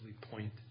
point